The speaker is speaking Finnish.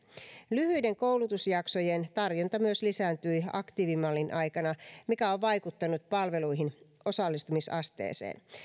lyhyiden koulutusjaksojen tarjonta myös lisääntyi aktiivimallin aikana mikä on vaikuttanut palveluihin osallistumisasteeseen